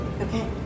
Okay